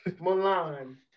Milan